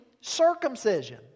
circumcision